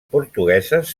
portugueses